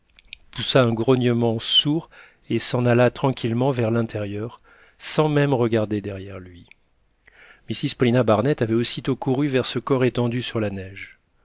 poussa un grognement sourd et s'en alla tranquillement vers l'intérieur sans même regarder derrière lui mrs paulina barnett avait aussitôt couru vers ce corps étendu sur la neige